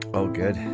oh good.